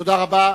תודה רבה.